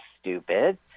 stupid